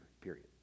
period